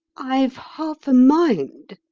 i've half a mind,